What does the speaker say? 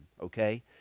okay